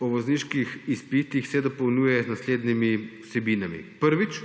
o vozniškem izpitu se dopolnjuje z naslednjimi vsebinami. Prvič.